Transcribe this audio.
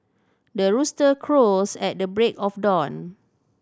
the rooster crows at the break of dawn